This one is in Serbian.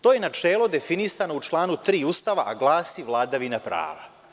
To je načelo definisano u članu 3. Ustava, a glasi - vladavina prava.